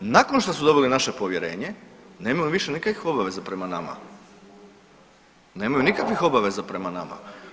Nakon što su dobili naše povjerenje nemaju više nikakvih obaveza prema nama, nemaju nikakvih obaveza prema nama.